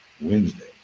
wednesday